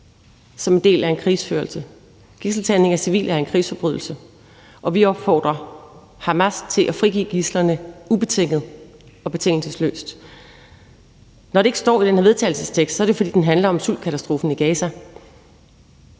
som en del af en krigsførelse. Gidseltagning af civile er en krigsforbrydelse, og vi opfordrer Hamas til at frigive gidslerne ubetinget og betingelsesløst. Når det ikke står i den her vedtagelsestekst, er det, fordi den handler om sultkatastrofen i Gaza.